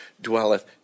dwelleth